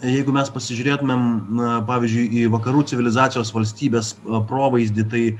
jeigu mes pasižiūrėtumėm pavyzdžiui į vakarų civilizacijos valstybės provaizdį tai